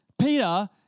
Peter